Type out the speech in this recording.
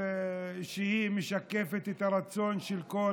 שלדעתי משקפת את הרצון של כל